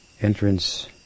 entrance